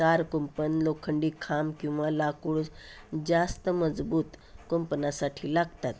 तार कुंपण लोखंडी खांब किंवा लाकूड जास्त मजबूत कुंपणासाठी लागतात